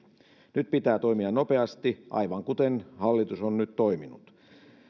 nyt pitää toimia nopeasti aivan kuten hallitus on nyt toiminut